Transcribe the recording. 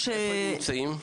איפה הם נמצאים?